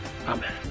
Amen